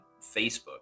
Facebook